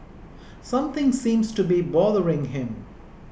something seems to be bothering him